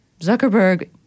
Zuckerberg